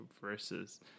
versus